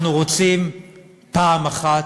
אנחנו רוצים פעם אחת,